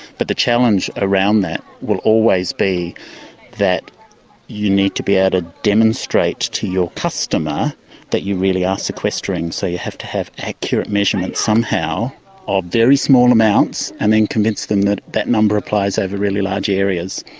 but the challenge around that will always be that you need to be able ah to demonstrate to your customer that you really are sequestering. so you have to have accurate measurements somehow of very small amounts and then convince them that that number applies over really large areas.